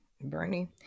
Bernie